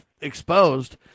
exposed